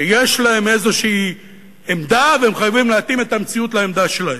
שיש להם איזו עמדה והם חייבים להתאים את המציאות לעמדה שלהם.